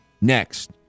Next